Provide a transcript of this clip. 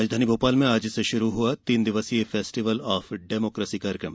राजधानी भोपाल में आज से शुरू हुआ तीन दिवसीय फेस्टीवल ऑफ डेमोकेसी कार्यक्रम